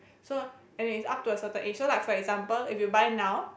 so anyways it's up to a certain age so like for example if you buy now